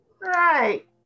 Right